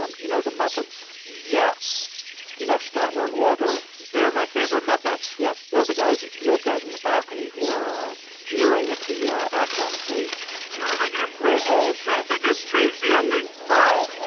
um do you know the muppets? yes do you know statler and waldorf? they're my favorite muppets yes, they're the guys the old guys in the balcony who are jeering at the ah act onstage you know, they can improve the whole show if they just changed the ending how?